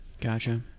Gotcha